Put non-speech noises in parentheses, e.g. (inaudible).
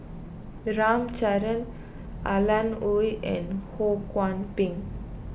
(unintelligible) chandran Alan Oei and Ho Kwon Ping